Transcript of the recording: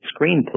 screenplay